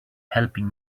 helping